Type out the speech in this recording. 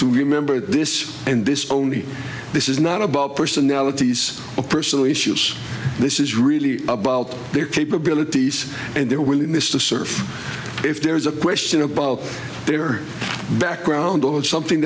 to remember this and this only this is not about personalities of personal issues this is really about their capabilities and their willingness to serve if there is a question about their background or something